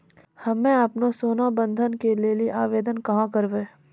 हम्मे आपनौ सोना बंधन के लेली आवेदन कहाँ करवै?